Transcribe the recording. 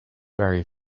very